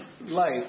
life